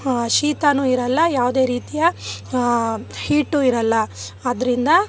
ಶೀತವು ಇರೋಲ್ಲ ಯಾವುದೇ ರೀತಿಯ ಹೀಟು ಇರೋಲ್ಲ ಆದ್ರಿಂದ